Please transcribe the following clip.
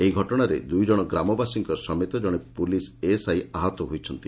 ଏହି ଘଟଶାରେ ଦୁଇଜଶ ଗ୍ରାମବାସୀଙ୍କ ସମେତ କଣେ ପୁଲିସ୍ ଏଏସ୍ଆଇ ଆହତ ହୋଇଛନ୍ତି